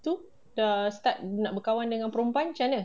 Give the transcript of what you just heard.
tu dah start nak berkawan dengan perempuan camne